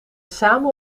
samen